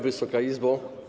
Wysoka Izbo!